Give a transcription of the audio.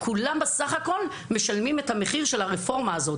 כולם בסך הכול משלמים את המחיר של הרפורמה הזאת.